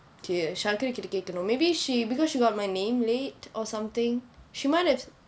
okay sharken கிட்டே கேக்கணும்:kittae kaetkannum maybe she because she got my name late or something she might have